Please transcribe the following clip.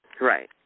Right